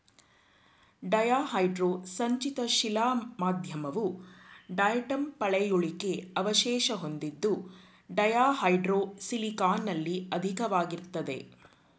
ಡಯಾಹೈಡ್ರೋ ಸಂಚಿತ ಶಿಲಾ ಮಾಧ್ಯಮವು ಡಯಾಟಂ ಪಳೆಯುಳಿಕೆ ಅವಶೇಷ ಹೊಂದಿದ್ದು ಡಯಾಹೈಡ್ರೋ ಸಿಲಿಕಾನಲ್ಲಿ ಅಧಿಕವಾಗಿರ್ತದೆ